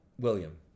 William